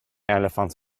elephants